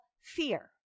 fear